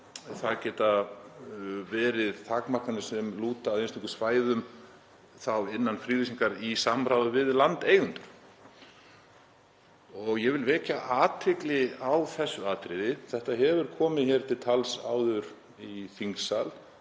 það geta verið takmarkanir sem lúta að einstökum svæðum þá innan friðlýsingar í samráði við landeigendur. Ég vil vekja athygli á þessu atriði. Þetta hefur komið hér til tals áður í þingsal